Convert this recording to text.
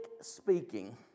speaking